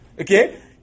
Okay